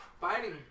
fighting